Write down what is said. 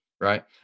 right